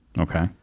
Okay